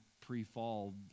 pre-fall